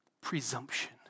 presumption